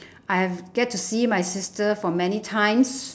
I have get to see my sister for many times